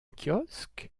kiosque